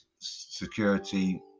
security